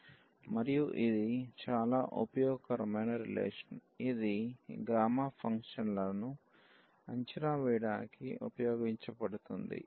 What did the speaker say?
మరియు ఇది చాలా ఉపయోగకరమైన రిలేషన్ ఇది ఈ గామా ఫంక్షన్లను అంచనా వేయడానికి ఉపయోగించబడుతుంది